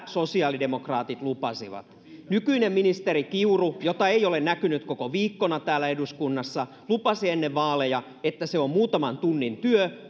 sosiaalidemokraatit lupasivat nykyinen ministeri kiuru jota ei ole näkynyt koko viikkona täällä eduskunnassa lupasi ennen vaaleja että se on muutaman tunnin työ